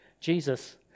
Jesus